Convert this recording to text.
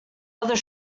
other